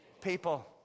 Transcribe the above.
people